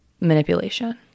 Manipulation